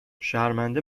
شرمنده